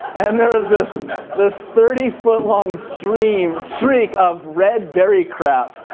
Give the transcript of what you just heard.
and there was this this thirty foot long streak streak of red berry crap